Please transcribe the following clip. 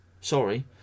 Sorry